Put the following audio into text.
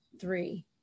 three